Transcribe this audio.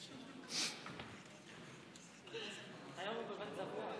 זיי געזונט.